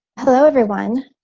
hello everyone,